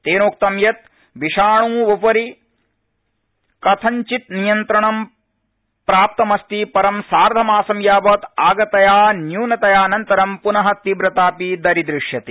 तेनोक्तं यत् विषाणावुपरि कथंचित् नियंत्रणं प्राप्तमस्ति परं सार्धमासं यावत् आगतया न्यूनतयानन्तरं पुन तीव्रताऽपि दरीदृश्यते